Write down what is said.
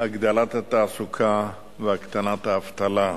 הגדלת התעסוקה והקטנת האבטלה.